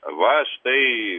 va štai